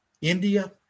India